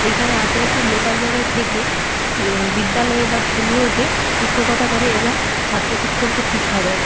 এইখানে আশেপাশে লোকাল জায়গায় থেকে সে বিদ্যালয়ে বা স্কুলগুলোতে শিক্ষকতা করে এবং ছাত্র ছাত্রীদেরকে শিক্ষা দেয়